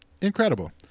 incredible